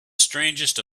strangest